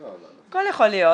הכל יכול להיות